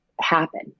happen